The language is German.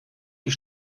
die